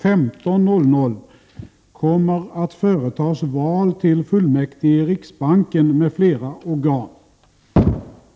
15.00 kommer att företas val till fullmäktige i riksbanken m.fl. organ.